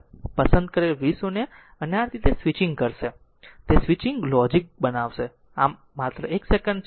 પસંદ કરેલ v0 અને આ તે સ્વિચિંગ કરશે તેને સ્વિચિંગ લોજિક બનાવશે આમ માત્ર એક સેકંડ છે